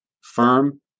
firm